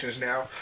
now